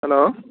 hello